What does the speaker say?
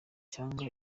cyangwa